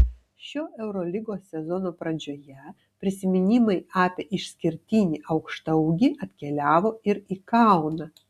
šio eurolygos sezono pradžioje prisiminimai apie išskirtinį aukštaūgį atkeliavo ir į kauną